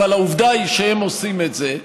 אבל העובדה היא שהם עושים את זה.